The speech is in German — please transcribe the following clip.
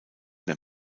mehr